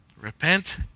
Repent